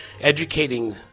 educating